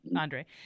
Andre